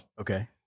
Okay